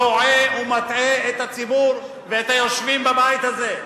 טועה ומטעה את הציבור ואת היושבים בבית הזה.